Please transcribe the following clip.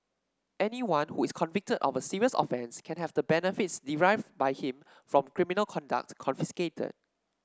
anyone who is convicted of a serious offence can have the benefits derived by him from criminal conduct confiscated